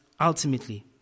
ultimately